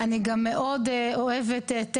אני מצטרף לברכות.